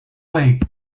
way